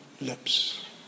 lips